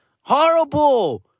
Horrible